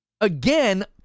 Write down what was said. Again